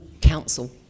council